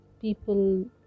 people